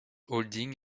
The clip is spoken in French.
holding